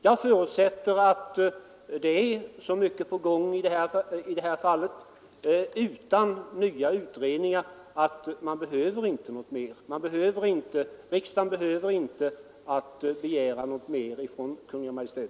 Jag förutsätter att det är så mycket på gång på detta område att vi inte behöver några nya utredningar; på den punkten behöver inte riksdagen begära något mer från Kungl. Maj:t.